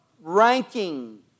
ranking